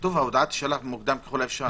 כתוב "ההודעה תישלח מוקדם ככל האפשר".